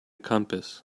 compass